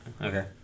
Okay